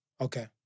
Okay